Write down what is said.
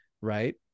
right